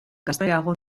gazteago